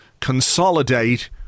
consolidate